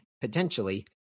potentially